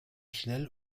schnell